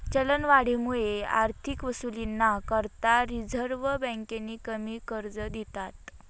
चलनवाढमुये आर्थिक वसुलीना करता रिझर्व्ह बँकेनी कमी कर्ज दिधात